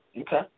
Okay